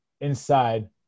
inside